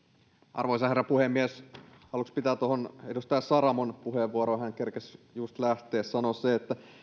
arvoisa herra puhemies aluksi pitää tuohon edustaja saramon puheenvuoroon hän kerkesi just lähteä sanoa se että